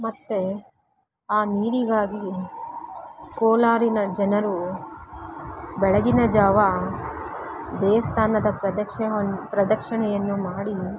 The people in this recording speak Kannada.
ಮತ್ತು ಆ ನೀರಿಗಾಗಿ ಕೋಲಾರಿನ ಜನರು ಬೆಳಗಿನ ಜಾವ ದೇವಸ್ಥಾನದ ಪ್ರದಕ್ಷಿಣೆ ಪ್ರದಕ್ಷಿಣೆಯನ್ನು ಮಾಡಿ